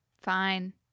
Fine